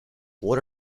what